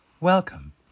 Welcome